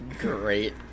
great